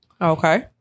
Okay